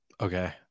Okay